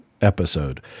episode